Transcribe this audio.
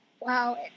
Wow